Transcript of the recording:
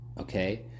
okay